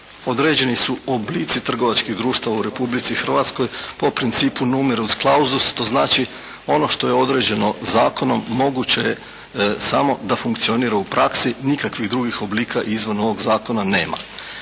određeni su oblici trgovačkih društava u Republici Hrvatskoj po principu numerus clausus to znači ono što je određeno zakonom moguće je samo da funkcionira u praksi, nikakvih drugih oblika izvan ovog Zakona nema.